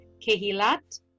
kehilat